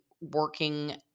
working